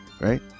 right